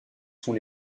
sont